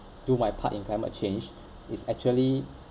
do my part in climate change is actually